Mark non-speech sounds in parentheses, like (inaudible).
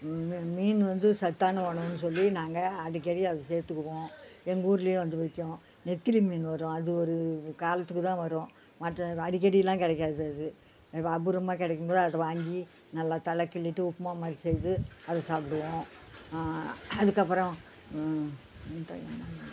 மீன் வந்து சத்தான உணவுன்னு சொல்லி நாங்கள் அடிக்கடி அதை சேர்த்துக்குவோம் எங்கள் ஊர்லேயே வந்து விற்கும் நெத்திலி மீன் வரும் அது ஒரு காலத்துக்கு தான் வரும் மற்ற அடிக்கடிலாம் கிடைக்காது அது அது (unintelligible) அபூர்வமாக கிடைக்கும்போது அதை வாங்கி நல்லா தலையை கிள்ளிவிட்டு உப்புமா மாதிரி செய்து அதை சாப்பிடுவோம் அதுக்கப்புறம் (unintelligible)